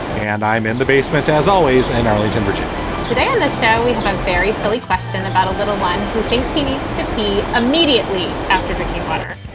and i'm in the basement, as always, in and arlington, virginia today in the show, we have a very silly question about a little one who thinks he needs to pee immediately after drinking water.